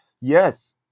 yes